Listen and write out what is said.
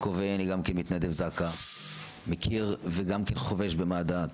בכובעי אני גם כמתנדב זק"א וגם כן חובש במד"א.